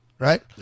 Right